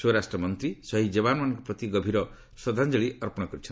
ସ୍ୱରାଷ୍ଟ୍ରମନ୍ତ୍ରୀ ଶହୀଦ ଯବାନମାନଙ୍କ ପ୍ରତି ଗଭୀର ଶ୍ରଦ୍ଧାଞ୍ଚଳି ଅର୍ପଣ କରିଛନ୍ତି